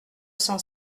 cent